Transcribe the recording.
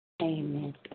Amen